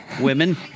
women